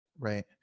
Right